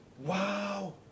Wow